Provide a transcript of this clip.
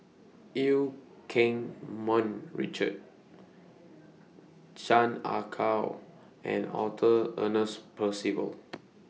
EU Keng Mun Richard Chan Ah Kow and Arthur Ernest Percival